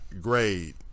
grade